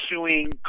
suing